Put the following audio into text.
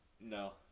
No